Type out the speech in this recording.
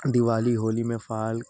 دیوالی ہولی میں فعال